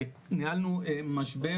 ניהלנו משבר,